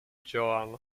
johan